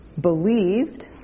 believed